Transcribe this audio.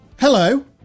Hello